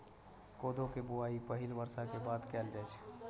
कोदो के बुआई पहिल बर्षा के बाद कैल जाइ छै